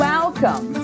Welcome